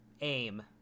aim